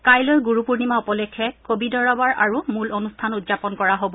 কাইলৈ গুৰু পূৰ্ণিমা উপলক্ষে কবি দৰবাৰ আৰু মূল অনূষ্ঠান উদযাপন কৰা হব